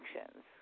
actions